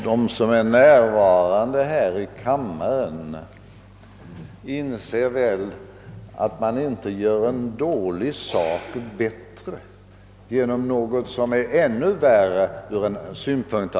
Herr talman! De ledamöter av denna kammare som är närvarande inser nog att man inte gör en dålig sak bättre genom något som är ännu värre ur saklig debattsynpunkt.